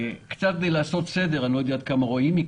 קצת כדי לעשות סדר אני לא יודע עד כמה רואים.